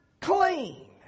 clean